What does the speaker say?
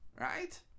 right